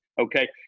Okay